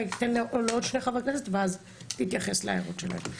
תן לעוד שני חברי כנסת ואז תתייחס להערות שלהם.